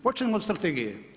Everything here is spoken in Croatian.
Počnimo od strategije.